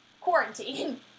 quarantine